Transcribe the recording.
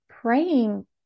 praying